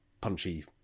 punchy